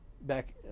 back